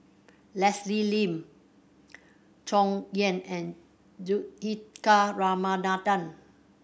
Leslie Lim Chong Yah and Juthika Ramanathan